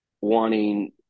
wanting